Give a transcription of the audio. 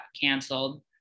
canceled